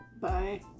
bye